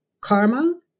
karma